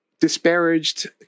disparaged